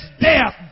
death